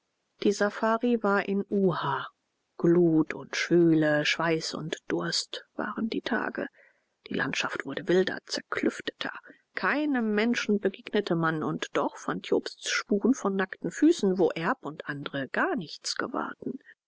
die safari war in uha glut und schwüle schweiß und durst waren die tage die landschaft wurde wilder zerklüfteter keinem menschen begegnete man und doch fand jobst spuren von nackten füßen wo erb und andre gar nichts gewahrten